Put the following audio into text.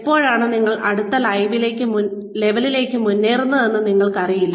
എപ്പോഴാണ് നിങ്ങൾ അടുത്ത ലെവലിലേക്ക് മുന്നേറുന്നതെന്ന് നിങ്ങൾക്കറിയില്ല